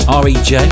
r-e-j